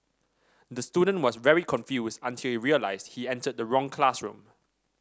the student was very confused until he realised he entered the wrong classroom